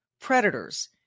predators